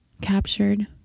captured